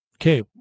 okay